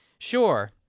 Sure